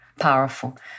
powerful